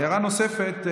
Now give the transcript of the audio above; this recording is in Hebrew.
הערה נוספת,